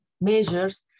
measures